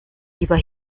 lieber